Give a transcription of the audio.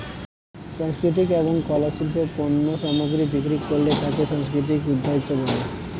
সাংস্কৃতিক এবং কলা শিল্পের পণ্য সামগ্রী বিক্রি করলে তাকে সাংস্কৃতিক উদ্যোক্তা বলে